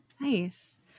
Nice